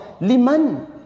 Liman